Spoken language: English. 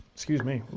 excuse me,